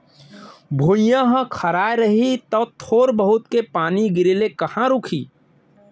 भुइयॉं ह खराय रही तौ थोर बहुत के पानी गिरे ले कहॉं रूकही